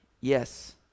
yes